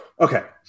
Okay